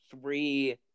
three